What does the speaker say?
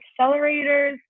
accelerators